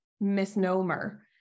misnomer